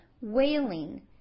wailing